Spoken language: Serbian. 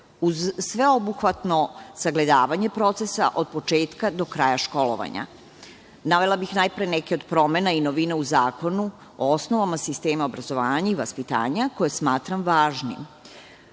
uz sveobuhvatno sagledavanje procesa od početka do kraja školovanja. Navela bih najpre neke od promena i novina u zakonu o osnovama sistema obrazovanja i vaspitanja koje smatram važnim. Ovaj